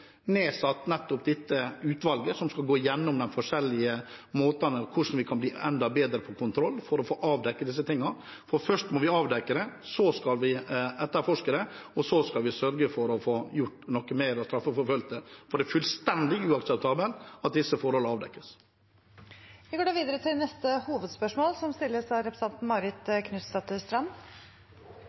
nettopp dette utvalget som skal gå gjennom de forskjellige måtene for hvordan vi kan bli enda bedre på kontroll, for å få avdekket disse tingene. Først må vi avdekke det, så skal vi etterforske det, og så skal vi sørge for å få gjort noe med det og straffeforfølge det. For det er fullstendig uakseptabelt, disse forholdene som avdekkes. Vi går da videre til neste hovedspørsmål.